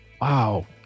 wow